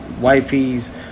wifey's